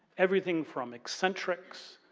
everything from eccentrics